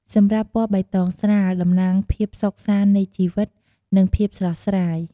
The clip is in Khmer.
សម្រាប់ពណ៌បៃតងស្រាល តំណាងភាពសុខសាន្តនៃជីវិត និងភាពស្រស់ស្រាយ។